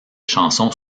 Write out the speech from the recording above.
chansons